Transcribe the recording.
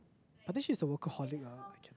I think she's a workaholic ah I can